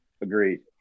Agreed